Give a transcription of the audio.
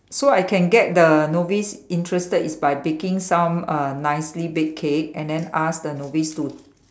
so I can get the novice interested is by baking some uh nicely baked cake and then ask the novice to